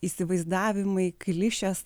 įsivaizdavimai klišes